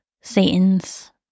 Satan's